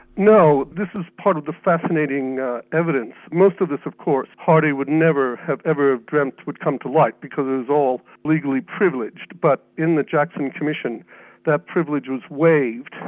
no. this is part of the fascinating evidence. most of this of course, hardie would never have ever dreamt would come to light, because it was all legally privileged. but in the jackson commission that privilege was waived,